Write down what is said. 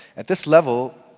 at this level,